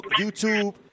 YouTube